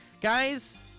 Guys